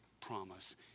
promise